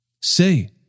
Say